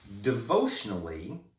devotionally